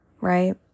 right